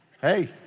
Hey